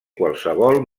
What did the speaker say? qualsevol